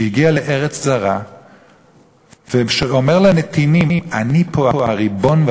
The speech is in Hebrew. שהגיע לארץ זרה ואומר לנתינים: אני פה הריבון,